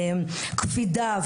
קפידה,